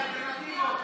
אלטרנטיבות.